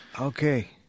Okay